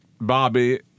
Bobby